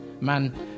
man